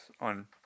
on